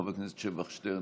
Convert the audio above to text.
חבר הכנסת שבח שטרן,